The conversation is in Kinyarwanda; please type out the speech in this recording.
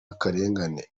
akarengane